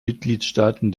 mitgliedstaaten